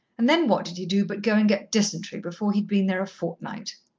and then what did he do but go and get dysentery before he'd been there a fortnight!